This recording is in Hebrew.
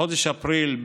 לחודש אפריל,